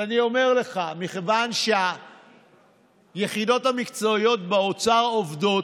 אז אני אומר לך: מכיוון שהיחידות המקצועיות באוצר עובדות,